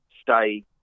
stay